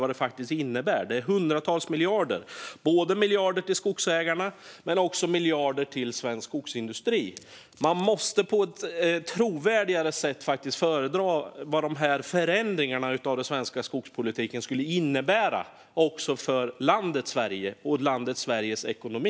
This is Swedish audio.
Det är hundratals miljarder. Det är miljarder till skogsägarna men också miljarder till svensk skogsindustri. Man måste faktiskt på ett trovärdigare sätt föredra vad dessa förändringar av den svenska skogspolitiken skulle innebära för landet Sverige och för landet Sveriges ekonomi.